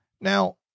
Now